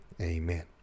Amen